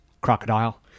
Crocodile